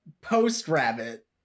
post-Rabbit